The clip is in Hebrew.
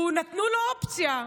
נתנו לו אופציה.